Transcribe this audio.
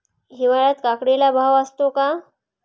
हिवाळ्यात काकडीला भाव असतो का?